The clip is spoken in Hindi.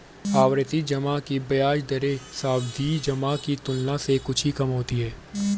आवर्ती जमा की ब्याज दरें सावधि जमा की तुलना में कुछ ही कम होती हैं